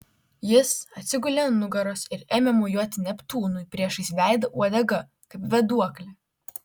jis atsigulė ant nugaros ir ėmė mojuoti neptūnui priešais veidą uodega kaip vėduokle